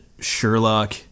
Sherlock